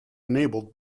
enabled